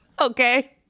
Okay